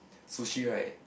sushi right